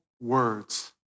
words